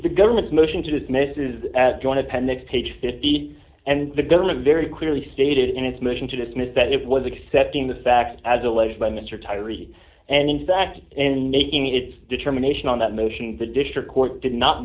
the government's motion to dismiss is at joint appendix page fifty and the government very clearly stated in its motion to dismiss that it was accepting the fact as alleged by mr tyreese and in fact and making its determination on that motion the district court did not